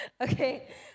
okay